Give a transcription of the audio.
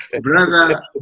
Brother